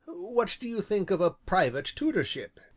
what do you think of a private tutorship?